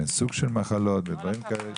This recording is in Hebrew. סוג של מחלות ודברים כאלה.